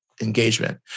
engagement